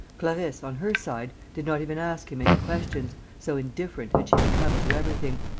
clarisse, on her side, did not even ask him any questions, so indifferent had she become to everything,